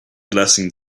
blessing